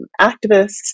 activists